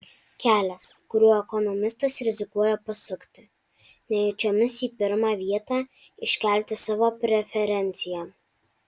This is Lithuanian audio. kelias kuriuo ekonomistas rizikuoja pasukti nejučiomis į pirmą vietą iškelti savo preferenciją